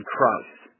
Christ